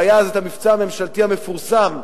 והיה אז המבצע הממשלתי המפורסם,